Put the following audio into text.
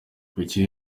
kuki